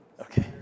okay